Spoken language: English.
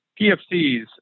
PFCs